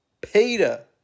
Peter